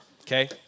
Okay